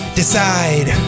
decide